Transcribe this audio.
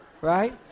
Right